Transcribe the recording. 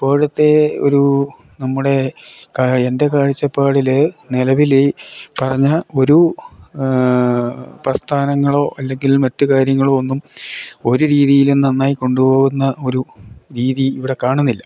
ഇപ്പോഴെത്തെ ഒരു നമ്മുടെ എൻ്റെ കാഴ്ചപ്പാടിൽ നിലവിൽ ഈ പറഞ്ഞ ഒരു പ്രസ്ഥാനങ്ങളോ അല്ലങ്കിൽ മറ്റ് കാര്യങ്ങളോ ഒന്നും ഒരു രീതിയിലും നന്നായി കൊണ്ടുപോകുന്ന ഒരു രീതി ഇവിടെ കാണുന്നില്ല